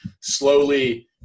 slowly